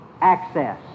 access